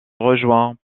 rejoint